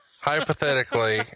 hypothetically